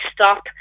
stop